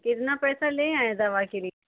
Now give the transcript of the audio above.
कितना पैसा ले आयें दवा के लि